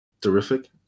terrific